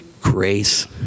grace